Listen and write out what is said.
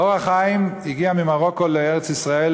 "אור החיים" הגיע ממרוקו לארץ-ישראל,